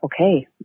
okay